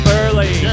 early